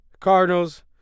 Cardinals